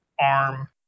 arm